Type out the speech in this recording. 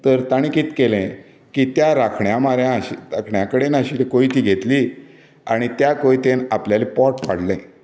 तर ताणें कितें केलें की त्या राखण्या म्हऱ्यांत राखण्या कडेन आशिल्ली कोयती घेतली आनी त्या कोयतेन आपल्यालें पोट फाडलें